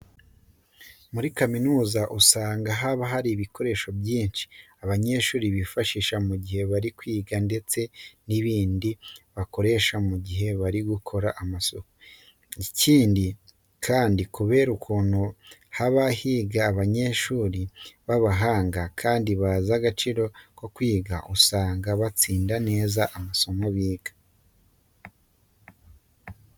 Muri kaminuza usanga haba hari ibikoresho byinshi abanyeshuri bifashisha mu gihe bari kwiga ndetse n'ibindi bakoresha mu gihe bari gukora amasuku. Ikindi kandi kubera ukuntu haba higa abanyeshuri b'abahanga kandi bazi agaciro ko kwiga, usanga batsinda neza amasomo biga.